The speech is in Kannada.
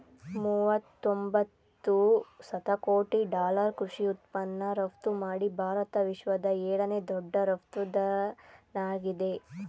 ಮೂವತೊಂಬತ್ತು ಶತಕೋಟಿ ಡಾಲರ್ ಕೃಷಿ ಉತ್ಪನ್ನ ರಫ್ತುಮಾಡಿ ಭಾರತ ವಿಶ್ವದ ಏಳನೇ ದೊಡ್ಡ ರಫ್ತುದಾರ್ನಾಗಿದೆ